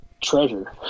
treasure